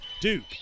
Duke